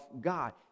God